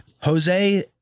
jose